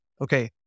okay